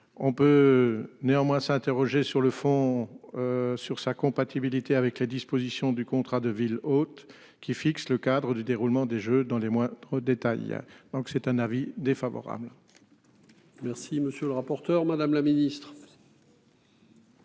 On peut néanmoins s'interroger sur le fond. Sur sa compatibilité avec les dispositions du contrat de ville hôte qui fixe le cadre du déroulement des Jeux dans les moindres détails. Il y a donc c'est un avis défavorable. Merci monsieur le rapporteur. Madame la Ministre.